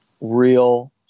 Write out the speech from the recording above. Real